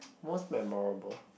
most memorable